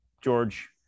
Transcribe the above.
George